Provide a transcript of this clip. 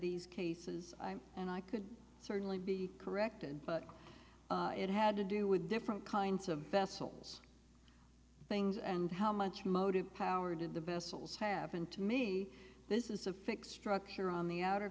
these cases and i could certainly be corrected but it had to do with different kinds of vessels things and how much motive power did the vessels have and to me this is a fix trucks or on the outer